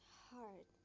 hard